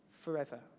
forever